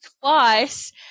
twice